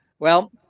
well,